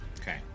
Okay